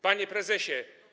Panie Prezesie!